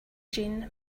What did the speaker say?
jean